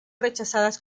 rechazadas